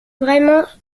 vraiment